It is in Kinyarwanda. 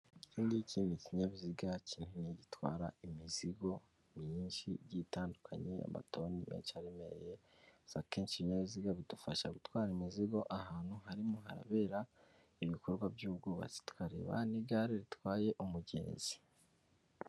Iki ngiki ni ikinyabiziga kinini gitwara imizigo myinshi igiye itandukanye, amatoni menshi aremereye, akenshi, ibinyabiziga bidufasha gutwara imizigo, ahantu harimo habera ibikorwa by'ubwubatsi, tukareba n'igare ritwaye umugenzi.